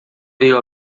veio